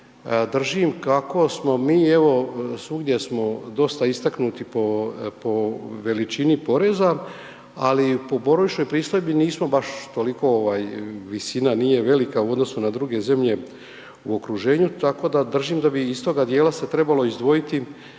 držim kako smo mi evo svugdje smo dosta istaknuti po veličini poreza, ali po boravišnoj pristojbi nismo baš toliko ovaj visina nije velika u odnosu na druge zemlje u okruženju, tako da držim da bi iz toga dijela se trebalo izdvojiti